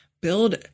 build